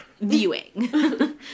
viewing